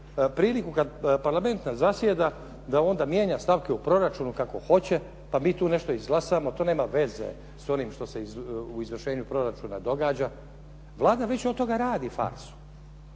priliku kad Parlament ne zasjeda da onda mijenja stavke u proračunu kako hoće pa mi tu nešto izglasamo, to nema veze s onim što se u izvršenju proračuna događa. Vlada već od toga radi farsu,